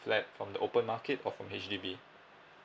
flat from the open market or from H_D_B